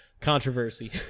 Controversy